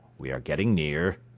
we are getting near.